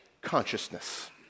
consciousness